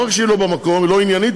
לא רק שהיא לא במקום והיא לא עניינית,